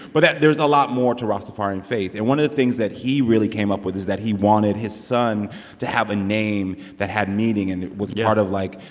but there's a lot more to rastafarian faith. and one of the things that he really came up with is that he wanted his son to have a name that had meaning, and it was part of, like,